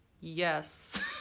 yes